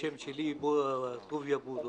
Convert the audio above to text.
טוביה בולוס.